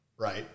right